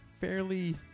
fairly